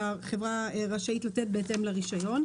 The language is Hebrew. שהחברה רשאית לתת בהתאם לרישיון.